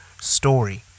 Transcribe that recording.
story